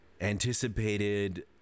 anticipated